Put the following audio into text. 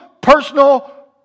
personal